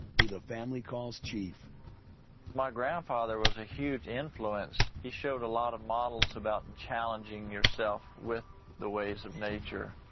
who the family calls chief. eustace my grandfather was a huge influence. he showed a lot of models about challenging yourself with the ways of nature.